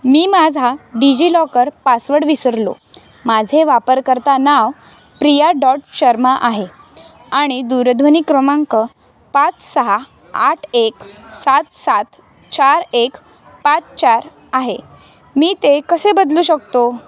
मी माझा DigiLocker password विसरलो माझे वापरकर्ता नाव प्रिया डॉट शर्मा आहे आणि दूरध्वनी क्रमांक पाच सहा आठ एक सात सात चार एक पाच चार आहे मी ते कसे बदलू शकतो